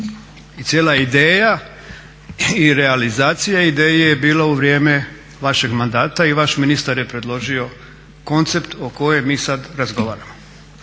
i cijela ideja i realizacija ideje je bila u vrijeme vašeg mandata i vaš ministar je predložio koncept o kojem mi sad razgovaramo.